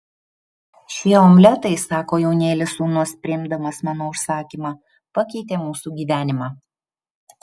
šie omletai sako jaunėlis sūnus priimdamas mano užsakymą pakeitė mūsų gyvenimą